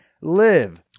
Live